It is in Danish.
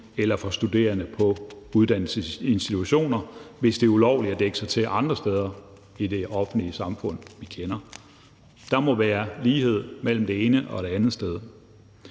og for studerende på uddannelsesinstitutioner, hvis det er ulovligt at dække sig til andre steder i det offentlige rum. Der må være lighed mellem det ene og det andet sted.